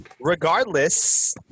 Regardless